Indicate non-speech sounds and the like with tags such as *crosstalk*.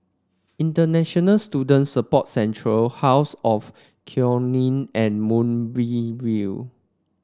International Student Support Centre House of *unintelligible* Nee and Moonbeam View